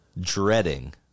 dreading